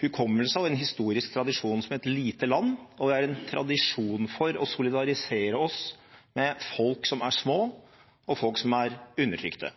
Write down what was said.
hukommelse og en historisk tradisjon som et lite land, og vi har en tradisjon for å solidarisere oss med folk som er små, og folk som er undertrykte.